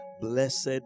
blessed